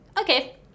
Okay